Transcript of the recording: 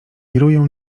wirują